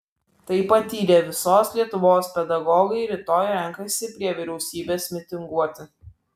tai patyrę visos lietuvos pedagogai rytoj renkasi prie vyriausybės mitinguoti